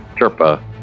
Chirpa